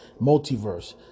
Multiverse